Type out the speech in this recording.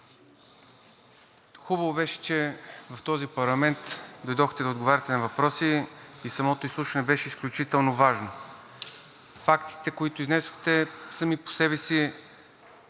Хубаво беше, че в този парламент дойдохте да отговаряте на въпроси. Самото изслушване беше изключително важно. Фактите, които изнесохте, сами по себе си